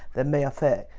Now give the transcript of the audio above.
the math it.